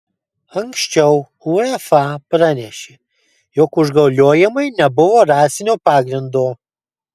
anksčiau uefa pranešė jog užgauliojimai nebuvo rasinio pagrindo